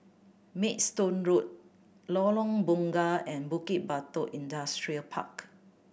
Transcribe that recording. Maidstone Road Lorong Bunga and Bukit Batok Industrial Park